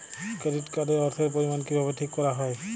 Credit card এর অর্থের পরিমান কিভাবে ঠিক করা হয়?